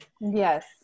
yes